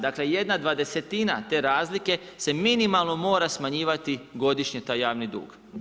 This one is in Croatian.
Dakle jedna dvadesetina te razlike se minimalno mora smanjivati godišnje taj javni dug.